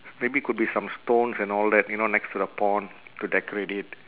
maybe could be some stones and all that you know next to the pond to decorate it